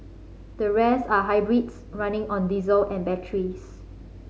the rest are hybrids running on diesel and batteries